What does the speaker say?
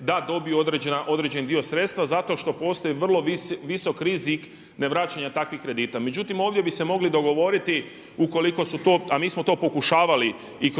da dobiju određeni dio sredstva zato što postoji vrlo visok rizik ne vraćanja takvih kredita. Međutim, ovdje bih se mogli dogovoriti ukoliko su to, a mi smo to pokušavali i